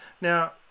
Now